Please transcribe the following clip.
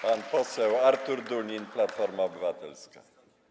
Pan poseł Artur Dunin, Platforma Obywatelska.